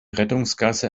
rettungsgasse